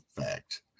fact